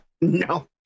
No